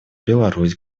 беларусь